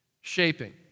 shaping